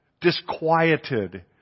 disquieted